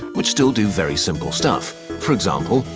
which still do very simple stuff. for example,